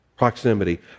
Proximity